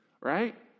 right